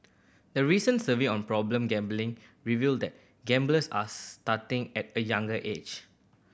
a recent survey on problem gambling revealed that gamblers are starting at a younger age